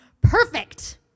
perfect